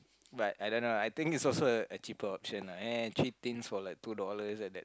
but I don't know lah I think is also a cheaper option lah three things for like two dollars like that